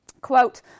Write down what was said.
quote